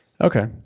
Okay